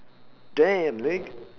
damn Nick